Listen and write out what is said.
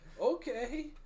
okay